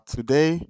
Today